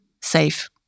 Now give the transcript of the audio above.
safe